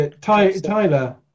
Tyler